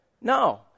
No